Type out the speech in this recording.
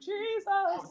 Jesus